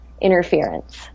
interference